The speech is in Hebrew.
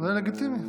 זה לגיטימי.